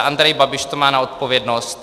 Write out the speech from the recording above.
Andrej Babiš to má na odpovědnost.